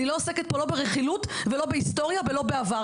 אני לא עוסקת פה לא ברכילות ולא בהיסטוריה ולא בעבר,